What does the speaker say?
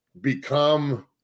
become